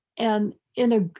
and in a,